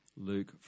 Luke